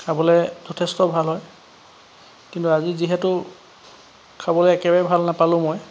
খাবলৈ যথেষ্ট ভাল হয় কিন্তু আজি যিহেতু খাবলৈ একেবাৰে ভাল নাপালোঁ মই